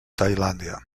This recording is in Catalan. tailàndia